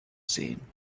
sehen